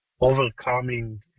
overcoming